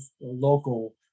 local